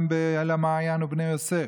גם באל המעיין ובני יוסף.